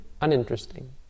uninteresting